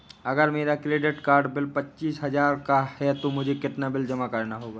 अगर मेरा credit card bill पच्चीस हजार का है तो मुझे कितना बिल जमा करना चाहिए?